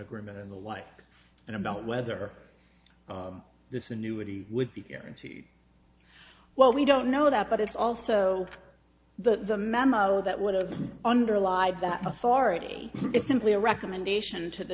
agreement and the like and about whether this annuity would be guaranteed well we don't know that but it's also the memo that would have underlie that authority it's simply a recommendation to the